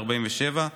בעניין פנסיית גישור.